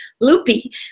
loopy